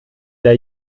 der